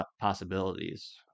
possibilities